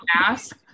ask